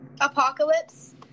Apocalypse